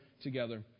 together